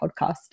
podcast